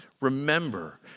Remember